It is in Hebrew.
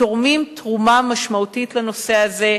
תורמים תרומה משמעותית לנושא הזה,